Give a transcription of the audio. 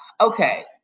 Okay